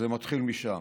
זה מתחיל משם,